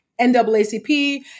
NAACP